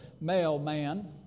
mailman